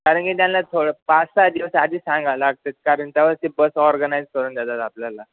कारण की त्याला थोडं पाच सहा दिवस आधी सांगावं लागतं कारण तेव्हाच ते बस ऑर्गनाईज करून देतात आपल्याला